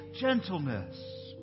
gentleness